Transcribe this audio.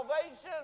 salvation